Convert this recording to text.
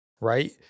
right